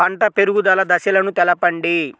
పంట పెరుగుదల దశలను తెలపండి?